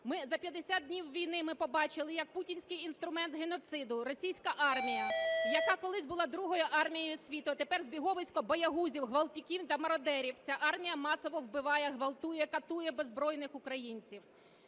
За 50 днів війни ми побачили, як путінський інструмент геноциду російська армія, яка колись була другою армією світу, а тепер збіговисько боягузів, ґвалтівників та мародерів, ця армія масово вбиває, ґвалтує, катує беззбройних українців.